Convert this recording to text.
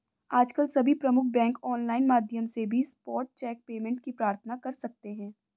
आजकल सभी प्रमुख बैंक ऑनलाइन माध्यम से भी स्पॉट चेक पेमेंट की प्रार्थना कर सकते है